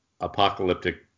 apocalyptic